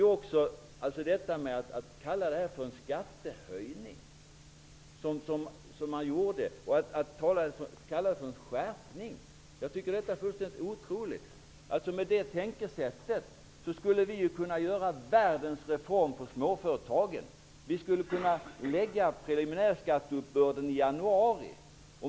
Att kalla detta för en skattehöjning, och att tala om en skärpning, är fullständigt otroligt. Med det tänkesättet skulle vi kunna göra världens reform för småföretagen. Vi skulle kunna ha preliminärskatteuppbörden i januari.